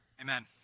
Amen